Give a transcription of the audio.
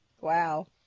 Wow